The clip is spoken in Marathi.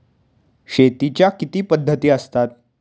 शेतीच्या किती पद्धती असतात?